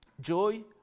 Joy